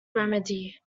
remedy